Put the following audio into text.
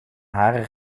haren